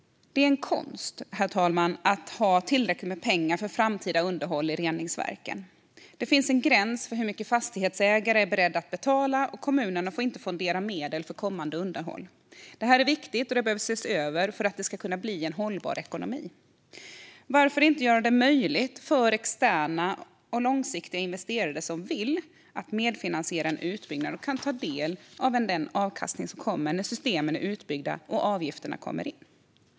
Det är en konst, herr talman, att ha tillräckligt med pengar för framtida underhåll i reningsverken. Det finns en gräns för hur mycket fastighetsägare är beredda att betala, och kommunerna får inte fondera medel för kommande underhåll. Detta är viktigt, och det behöver ses över för att det ska kunna bli en hållbar ekonomi. Varför inte göra det möjligt för externa och långsiktiga investerare, som vill, att medfinansiera en utbyggnad och ta del av den avkastning som kommer när systemen är utbyggda och avgifterna kommer in?